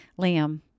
Liam